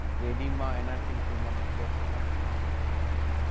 the oedema, enhancing tumour, necrosis and non-enhancing tumour.